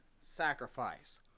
sacrifice